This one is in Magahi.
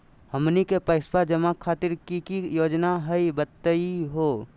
हमनी के पैसवा जमा खातीर की की योजना हई बतहु हो?